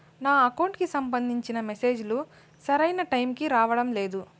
నా అకౌంట్ కి సంబంధించిన మెసేజ్ లు సరైన టైముకి రావడం లేదు